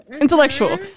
Intellectual